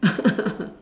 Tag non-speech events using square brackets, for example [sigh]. [laughs]